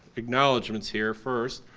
acknowledgements here first.